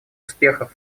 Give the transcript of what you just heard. успехов